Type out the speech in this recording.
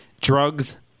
Drugs